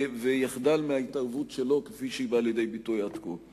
ויחדל מההתערבות שלו כפי שהיא באה לידי ביטוי עד כה.